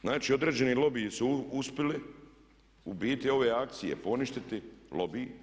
Znači, određeni lobiji su uspjeli u biti ove akcije poništiti, lobiji.